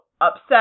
upset